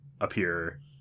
appear